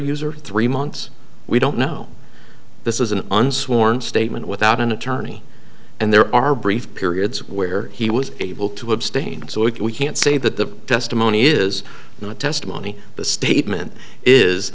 user three months we don't know this is an unsworn statement without an attorney and there are brief periods where he was able to abstain so we can we can't say that the testimony is not testimony the statement is